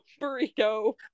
burrito